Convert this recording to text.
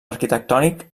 arquitectònic